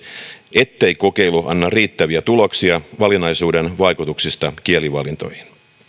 ettei kokeilu anna riittäviä tuloksia valinnaisuuden vaikutuksista kielivalintoihin